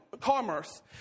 commerce